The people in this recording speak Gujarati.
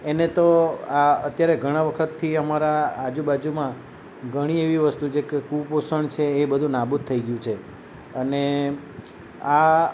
એને તો આ અત્યારે ઘણા વખતથી અમારા આજુબાજુમાં ઘણી એવી વસ્તુ છે કે કુપોષણ છે એ બધું નાબૂદ થઈ ગયું છે અને આ